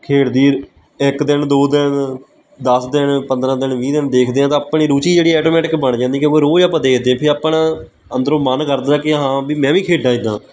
ਖੇਡਦੇ ਇੱਕ ਦਿਨ ਦੋ ਦਿਨ ਦਸ ਦਿਨ ਪੰਦਰ੍ਹਾਂ ਦਿਨ ਵੀਹ ਦਿਨ ਦੇਖਦੇ ਹਾਂ ਤਾਂ ਆਪਣੀ ਰੁਚੀ ਜਿਹੜੀ ਆਟੋਮੈਟਿਕ ਬਣ ਜਾਂਦੀ ਕਿਉਂਕਿ ਰੋਜ਼ ਆਪਾਂ ਦੇਖਦੇ ਫਿਰ ਆਪਣਾ ਅੰਦਰੋਂ ਮਨ ਕਰਦਾ ਕਿ ਹਾਂ ਵੀ ਮੈਂ ਵੀ ਖੇਡਾਂ ਇੱਦਾਂ